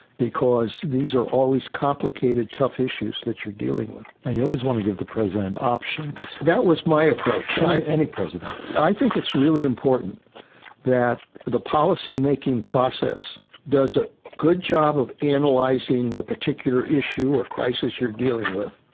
because these are always complicated, tough issues that you're dealing with. and you always want to give the president options. that was my approach. right, any president. i think it's really important that the policymaking process does a good job of analyzing the particular issue or crisis you're dealing with,